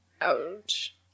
Ouch